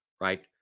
right